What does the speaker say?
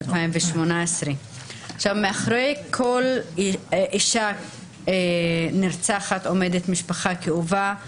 כאשר מאחורי כל אישה נרצחת עומדת משפחה כאובה,